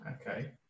Okay